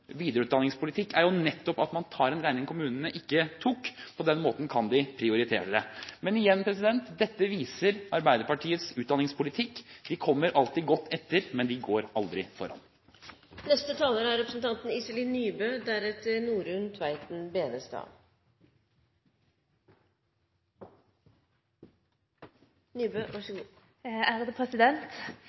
videreutdanningspolitikk er jo nettopp at man tar en regning kommunene ikke tok. På den måten kan de prioritere det. Men igjen: Dette viser Arbeiderpartiets utdanningspolitikk. De kommer alltid godt etter, men de går aldri foran. Representanten Henriksen spør vel egentlig om det er